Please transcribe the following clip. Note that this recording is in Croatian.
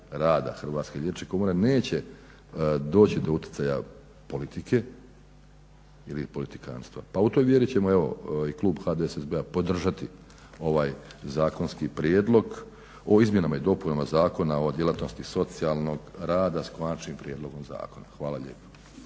Hrvatske liječničke komore neće doći do uticaja politike ili politikanstva. Pa u toj vjeri će klub HDSSB-a podržati ovaj zakonski prijedlog o izmjenama i dopunama Zakona o djelatnosti socijalnog rada s konačnim prijedlogom zakona. Hvala lijepa.